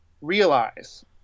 realize